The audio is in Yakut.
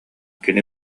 кини